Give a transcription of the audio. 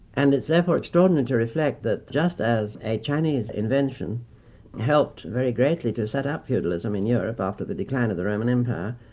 and it is therefore extraordinary to reflect that just as chinese invention helped very greatly to set up feudalism in europe after the decline of the roman empire,